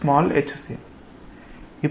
FgAhc